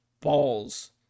Balls